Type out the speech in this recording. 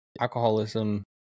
alcoholism